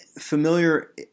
familiar